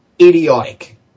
idiotic